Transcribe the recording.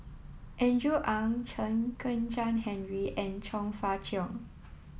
Andrew Ang Chen Kezhan Henri and Chong Fah Cheong